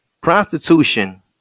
prostitution